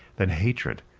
than hatred,